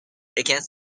against